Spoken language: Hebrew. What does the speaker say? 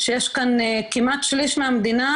שיש כאן כמעט שליש מהמדינה,